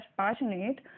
passionate